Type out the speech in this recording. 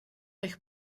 eich